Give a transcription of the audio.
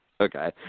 Okay